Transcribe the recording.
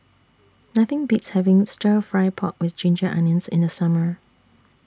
Nothing Beats having Stir Fry Pork with Ginger Onions in The Summer